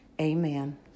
Amen